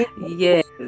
Yes